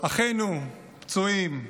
אחינו פצועים,